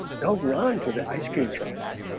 they'll run to the ice-cream truck